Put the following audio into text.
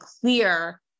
clear